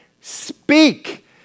speak